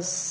s